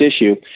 issue